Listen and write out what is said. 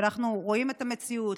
שאנחנו רואים את המציאות,